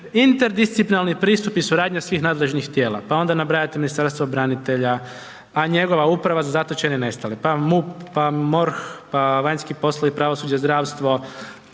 interdisciplinarni pristup i suradnja svih nadležnih tijela pa onda nabrajate Ministarstvo branitelja, a njegova Uprava za zatočene i nestale, pa MUP, pa MORH, pa vanjski poslovi i pravosuđe, zdravstvo,